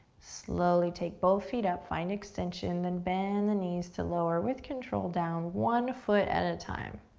slowly take both feet up. find extension, then bend the knees to lower with control down one foot at a time.